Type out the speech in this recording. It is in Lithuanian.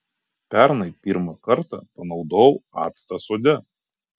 pernai pirmą kartą panaudojau actą sode